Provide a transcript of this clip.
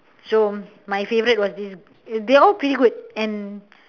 so my favourite was this they all pretty good and